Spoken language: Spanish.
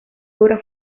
obra